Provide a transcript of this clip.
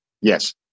Yes